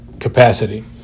capacity